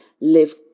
live